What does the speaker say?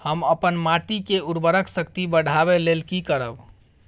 हम अपन माटी के उर्वरक शक्ति बढाबै लेल की करब?